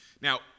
Now